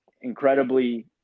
incredibly